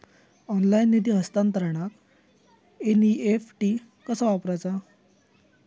Online निधी हस्तांतरणाक NEFT कसा वापरायचा?